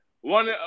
one